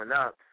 up